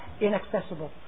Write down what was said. inaccessible